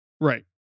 Right